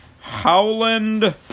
Howland